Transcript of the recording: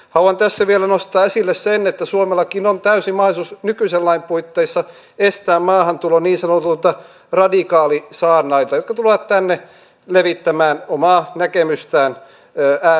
haluan tässä vielä nostaa esille sen että suomellakin on täysi mahdollisuus nykyisen lain puitteissa estää maahantulo niin sanotuilta radikaalisaarnaajilta jotka tulevat tänne levittämään omaa näkemystään ääri islamista